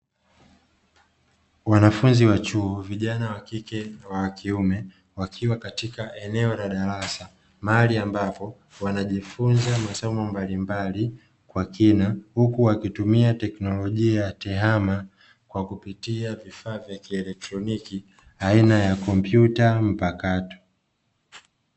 Wanafunzi wa chuo vijana wa kike na wa kiume wakiwa katika eneo la darasa mahali ambapo wanajifunza masomo mbalimbali kwa kina, huku wakitumia teknolojia ya tehama kwa kupitia vifaa vya kielektroniki aina ya kompyuta mpakato.